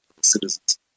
citizens